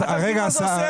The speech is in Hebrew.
אתה מבין מה זה עושה?